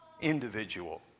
individual